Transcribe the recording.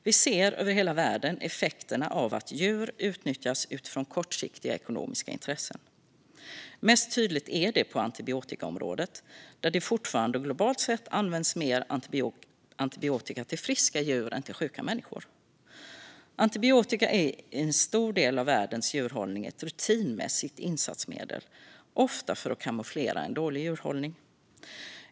Vi ser över hela världen effekterna av att djur utnyttjas utifrån kortsiktiga ekonomiska intressen. Mest tydligt är det på antibiotikaområdet, där det globalt sett fortfarande används mer antibiotika till friska djur än till sjuka människor. Antibiotika är i en stor del av världens djurhållning ett rutinmässigt insatsmedel, ofta använt för att kamouflera en dålig djurhållning.